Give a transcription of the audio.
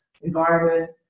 environment